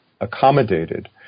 accommodated